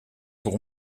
pour